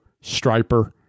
Striper